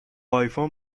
آیفون